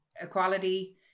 equality